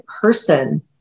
person